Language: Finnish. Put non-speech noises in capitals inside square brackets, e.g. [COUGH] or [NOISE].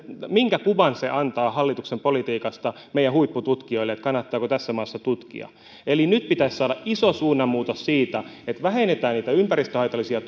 minkä kuvan se antaa hallituksen politiikasta meidän huippututkijoille siitä kannattaako tässä maassa tutkia eli nyt pitäisi saada iso suunnanmuutos että vähennetään niitä ympäristöhaitallisia [UNINTELLIGIBLE]